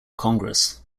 congress